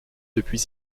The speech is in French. depuis